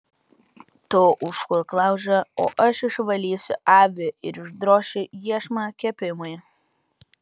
tu užkurk laužą o aš išvalysiu avį ir išdrošiu iešmą kepimui